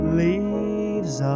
leaves